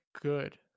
good